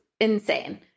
insane